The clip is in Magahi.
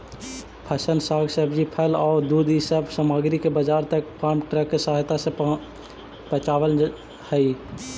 फसल, साग सब्जी, फल औउर दूध इ सब सामग्रि के बाजार तक फार्म ट्रक के सहायता से पचावल हई